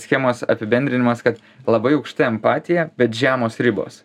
schemos apibendrinimas kad labai aukšta empatija bet žemos ribos